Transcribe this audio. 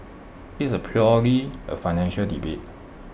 it's purely A financial debate